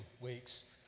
weeks